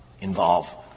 involve